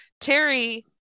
Terry